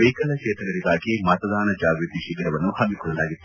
ವಿಕಲಚೇತನರಿಗಾಗಿ ಮತದಾನ ಜಾಗ್ಟತಿ ಶಿಬಿರವನ್ನು ಹಮ್ನಿಕೊಳ್ಳಲಾಗಿತ್ತು